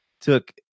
took